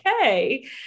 okay